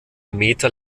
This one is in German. meter